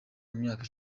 myaka